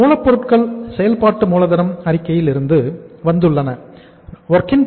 மூலப்பொருட்கள் செயல்பாட்டு மூலதனம் அறிக்கையிலிருந்து வந்துள்ளன